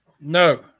No